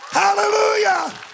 hallelujah